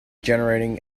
generating